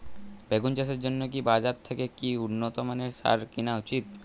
বেগুন চাষের জন্য বাজার থেকে কি উন্নত মানের সার কিনা উচিৎ?